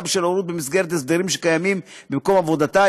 בשל הורות במסגרת הסדרים שקיימים במקום עבודתה,